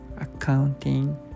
accounting